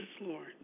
Lord